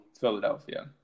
Philadelphia